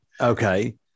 Okay